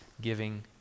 giving